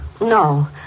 No